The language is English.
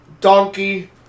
Donkey